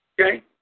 Okay